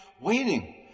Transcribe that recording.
Waiting